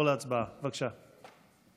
חברי הכנסת, הנושא הראשון על